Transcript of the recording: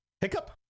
hiccup